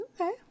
Okay